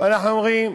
ואנחנו אומרים: